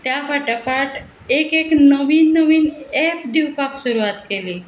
त्या फाटफाट एक एक नवीन नवीन एप दिवपाक सुरवात केली